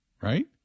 right